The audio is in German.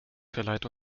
verleiht